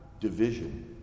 division